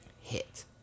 hit